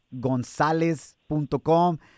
gonzalez.com